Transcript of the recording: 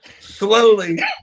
slowly